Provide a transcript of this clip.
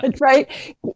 right